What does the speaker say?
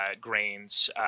grains